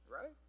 right